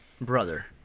brother